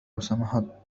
سمحت